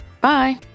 Bye